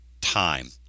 time